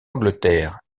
angleterre